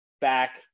back